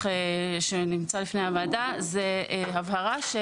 שנמצא בפני הוועדה זאת הבהרה האומרת